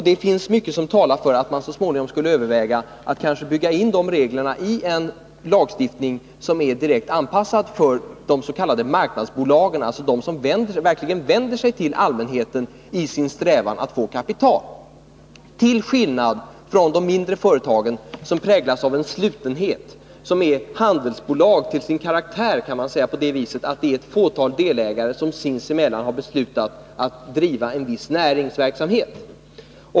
Det finns mycket som talar för att man skulle överväga att kanske bygga in de reglerna i en lagstiftning som är direkt anpassad till de s.k. marknadsbolagen, alltså de som verkligen vänder sig till allmänheten i sin strävan att erhålla kapital, detta till skillnad från de mindre företagen som präglas av en slutenhet och som till sin karaktär påminner om handelsbolag på det sättet att det är ett fåtal delägare som sinsemellan har beslutat att driva en viss näringsverksamhet.